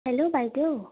hello বাইদেউ